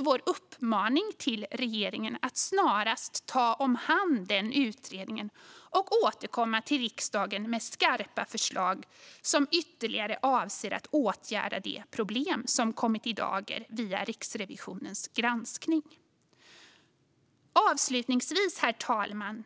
Vår uppmaning till regeringen är att snarast ta om hand denna utredning och återkomma till riksdagen med skarpa förslag som avser att ytterligare åtgärda de problem som kommit i dagen via Riksrevisionens granskning. Herr talman!